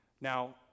Now